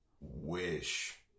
wish